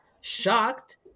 shocked